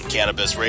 Cannabis